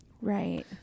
Right